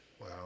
Wow